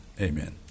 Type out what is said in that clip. Amen